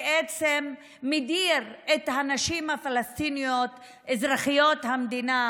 ובעצם מדיר את הנשים הפלסטיניות אזרחיות המדינה